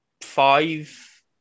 five